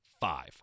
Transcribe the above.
five